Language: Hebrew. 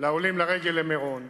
לעולים לרגל למירון,